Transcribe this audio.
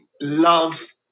love